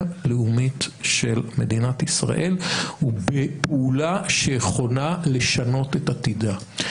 לאומית של מדינת ישראל ובפעולה שיכולה לשנות את עתידה.